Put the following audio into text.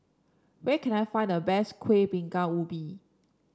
where can I find the best Kueh Bingka Ubi